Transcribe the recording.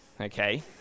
okay